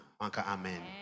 Amen